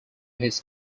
his